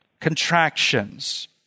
contractions